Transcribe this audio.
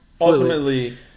Ultimately